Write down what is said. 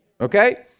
okay